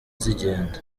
zigenda